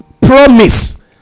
promise